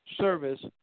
Service